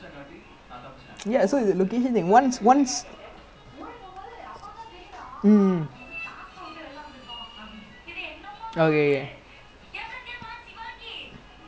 ya I think he say usually he get like two thousand on weekdays sorry two thousand on weekends and thousand five hundred on weekdays then yesterday saturday you only got thousand three hundred lah quite sad